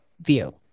view